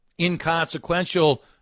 inconsequential